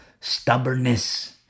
stubbornness